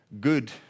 good